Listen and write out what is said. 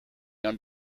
owned